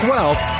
Wealth